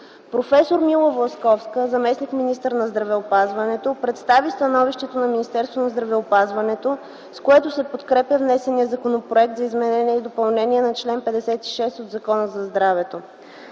Професор Мила Власковска, заместник–министър на здравеопазването, представи становището на Министерството на здравеопазването, с което се подкрепя внесеният законопроект за изменение и допълнение на чл. 56 от Закона за здравето.